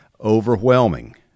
overwhelming